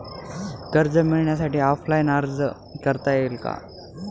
कर्ज मिळण्यासाठी ऑफलाईन अर्ज करता येईल का?